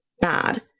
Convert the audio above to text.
bad